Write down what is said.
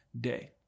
day